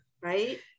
Right